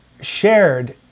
shared